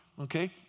Okay